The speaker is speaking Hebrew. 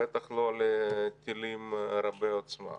בטח לא לטילים רבי עוצמה.